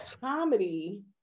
Comedy